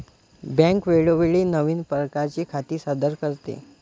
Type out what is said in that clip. bank वेळोवेळी नवीन प्रकारची खाती सादर करते